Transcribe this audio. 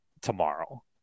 tomorrow